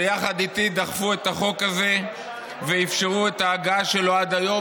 שיחד איתי דחפו את החוק הזה ואפשרו את ההגעה שלו עד הלום,